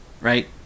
Right